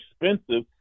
expensive